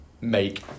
make